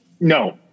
No